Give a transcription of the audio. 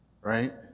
right